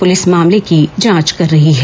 police मामले की जांच कर रही है